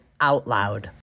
OUTLOUD